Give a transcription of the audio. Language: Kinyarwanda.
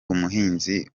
umuhinzi